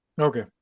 Okay